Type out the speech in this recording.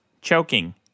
choking